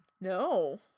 No